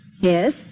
Yes